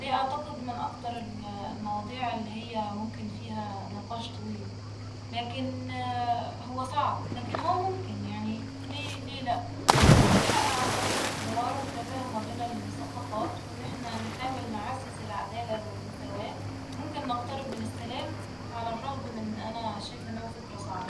دي أعتقد من أكتر ال المواضيع اللي هيا ممكن فيها نقاش طويل لكن هو صعب لكن هو ممكن ، يعني ليه ليه لأ ؟! ممكن يتحقق عن طريق الحوار والتفاهم ما بين الثقافات وإن احنا نحاول نعزز العدالة والمساواة ، ممكن نقترب من السلام على الرغم من إن أنا شايفه إن هو فكرة صعبة